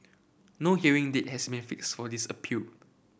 no hearing date has may fixed for this appeal